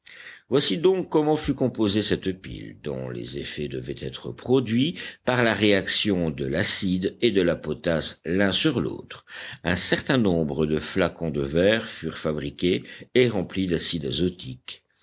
voici donc comment fut composée cette pile dont les effets devaient être produits par la réaction de l'acide et de la potasse l'un sur l'autre un certain nombre de flacons de verre furent fabriqués et remplis d'acide azotique